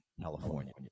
California